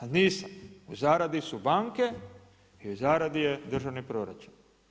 A nisam, u zaradi su banke, i u zaradi je državni proračun.